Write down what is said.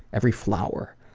every flower.